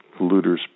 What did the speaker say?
polluters